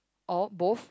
or both